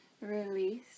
Release